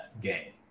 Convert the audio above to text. game